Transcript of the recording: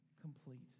complete